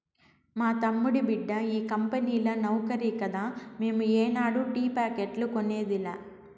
మా తమ్ముడి బిడ్డ ఈ కంపెనీల నౌకరి కదా మేము ఏనాడు టీ ప్యాకెట్లు కొనేదిలా